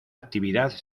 actividad